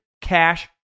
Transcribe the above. Cash